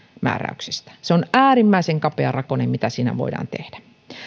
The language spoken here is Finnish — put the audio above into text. määräyksistä se on äärimmäisen kapea rakonen mitä siinä voidaan tehdä